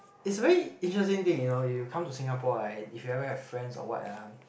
is a very interesting thing you know you come to Singapore right if you ever have friends or what ah